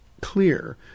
clear